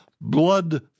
blood